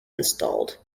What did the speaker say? installed